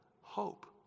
hope